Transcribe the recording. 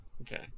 Okay